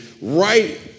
right